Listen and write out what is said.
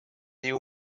you